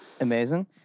amazing